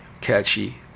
catchy